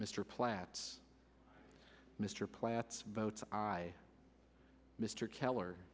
mr platts mr platts boats i mr keller